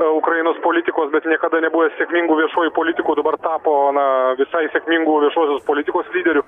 a ukrainos politikos bet niekada nebuvęs sėkmingu viešuoju politiku o dabar tapo na visai sėkmingu viešosios politikos lyderiu